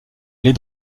les